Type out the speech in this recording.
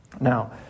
Now